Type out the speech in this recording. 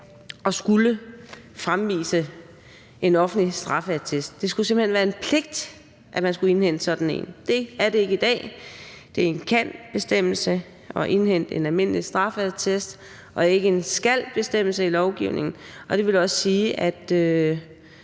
og skulle fremvise en offentlig straffeattest. Det skulle simpelt hen være en pligt at indhente sådan en. Det er det ikke i dag. Det er en »kan«-bestemmelse at indhente en almindelig straffeattest og ikke en »skal«-bestemmelse i lovgivningen, og det vil også sige, at